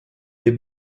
des